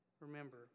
Remember